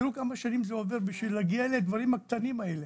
תראו כמה שנים עוברות בשביל להגיע לדברים הקטנים האלה,